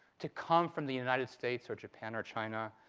to come from the united states or japan or china,